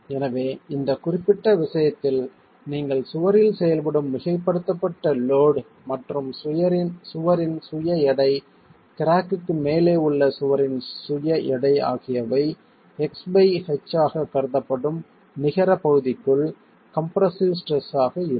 எனவே இந்த குறிப்பிட்ட விஷயத்தில் நீங்கள் சுவரில் செயல்படும் மிகைப்படுத்தப்பட்ட லோட் மற்றும் சுவரின் சுய எடை கிராக்க்கு மேலே உள்ள சுவரின் சுய எடை ஆகியவை xh ஆகக் கருதப்படும் நிகரப் பகுதிக்குள் கம்ப்ரசிவ் ஸ்ட்ரெஸ் ஆக இருக்கும்